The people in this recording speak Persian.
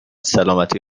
سلامتی